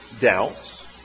doubts